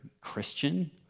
Christian